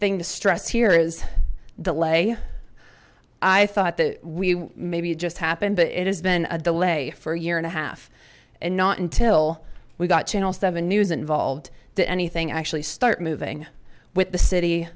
thing to stress here is the lay i thought that we maybe just happened but it has been a delay for a year and a half and not until we got channel seven news involved that anything actually start moving with the city